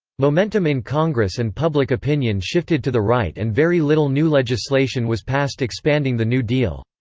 momentum in congress and public opinion shifted to the right and very little new legislation was passed expanding the new deal.